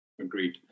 agreed